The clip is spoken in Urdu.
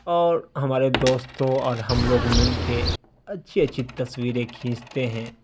اور ہمارے دوستو اور ہم لوگ مل کے اچھی اچھی تصویریں کھینچتے ہیں